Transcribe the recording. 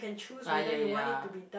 ah ya ya ya